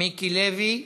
מיקי לוי,